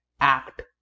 act